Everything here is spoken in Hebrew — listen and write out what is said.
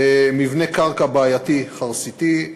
ומבנה קרקע חרסיתי בעייתי,